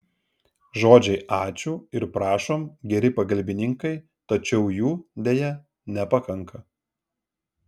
žodžiai ačiū ir prašom geri pagalbininkai tačiau jų deja nepakanka